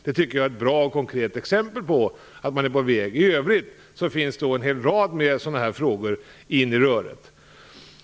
Det tycker jag är ett bra och konkret exempel på att man är på väg. I övrigt finns en rad sådana här frågor inne i röret.